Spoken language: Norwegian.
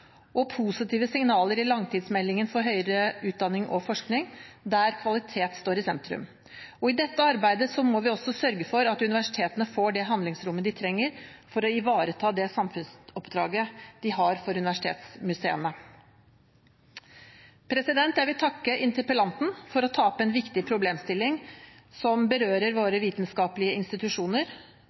og positive signaler i langtidsmeldingen for høyere utdanning og forskning, der kvalitet står i sentrum. I dette arbeidet må vi sørge for at universitetene får det handlingsrommet de trenger for å ivareta det samfunnsoppdraget de har for universitetsmuseene. Jeg vil takke interpellanten for å ta opp en viktig problemstilling som berører våre vitenskapelige institusjoner,